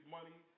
Money